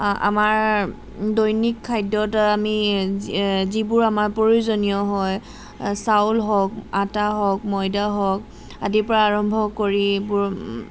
আমাৰ দৈনিক খাদ্যত আমি যিবোৰ আমাৰ প্ৰয়োজনীয় হয় চাউল হওক আটা হওক ময়দা হওক আদিৰ পৰা আৰম্ভ কৰি এইবোৰ